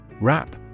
Wrap